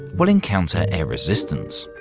will encounter air resistance.